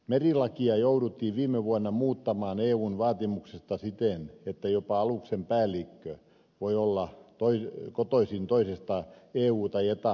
merilakia jouduttiin viime vuonna muuttamaan eun vaatimuksesta siten että jopa aluksen päällikkö voi olla kotoisin toisesta eu tai eta maasta